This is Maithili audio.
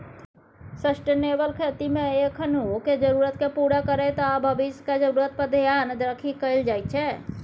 सस्टेनेबल खेतीमे एखनुक जरुरतकेँ पुरा करैत आ भबिसक जरुरत पर धेआन राखि कएल जाइ छै